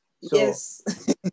Yes